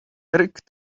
eric